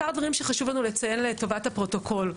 מספר דברים שחשוב לנו לציין לטובת הפרוטוקול.